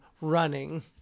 running